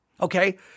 Okay